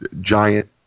giant –